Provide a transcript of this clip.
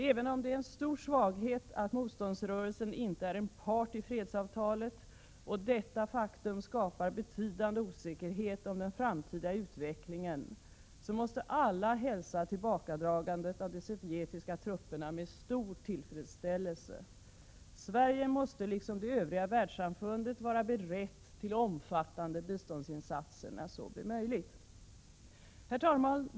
Även om det är en stor svaghet att motståndsrörelsen inte är en part i fredsavtalet, vilket skapar betydande osäkerhet om den framtida utvecklingen, måste alla hälsa tillbakadragandet av de sovjetiska trupperna med stor tillfredsställelse. Sverige måste liksom det övriga världssamfundet vara berett till omfattande biståndsinsatser när så blir möjligt. Herr talman!